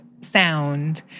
sound